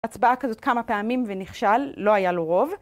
הצבעה כזאת כמה פעמים ונכשל, לא היה לו רוב